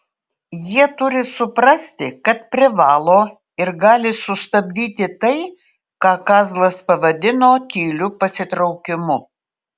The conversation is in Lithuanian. jie turi suprasti kad privalo ir gali sustabdyti tai ką kazlas pavadino tyliu pasitraukimu